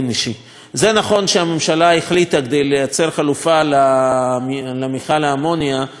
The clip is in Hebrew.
זה נכון שכדי לייצר חלופה למכל האמוניה הממשלה החליטה להקים,